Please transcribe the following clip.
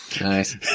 Nice